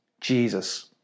Jesus